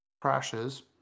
crashes